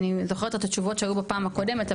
אני זוכרת את התשובות שהיו בפעם הקודמת,